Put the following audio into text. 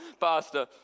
pastor